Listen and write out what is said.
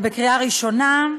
לקריאה ראשונה.